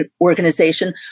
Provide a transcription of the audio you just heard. organization